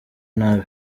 nabi